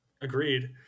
Agreed